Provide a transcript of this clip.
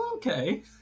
Okay